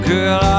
Girl